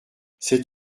c’est